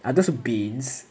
are those